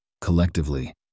Collectively